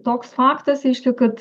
toks faktas reiškia kad